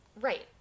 Right